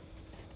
don't know leh